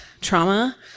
trauma